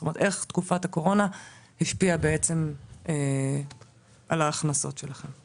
זאת אומרת איך תקופת הקורונה השפיעה בעצם על ההכנסות שלכם?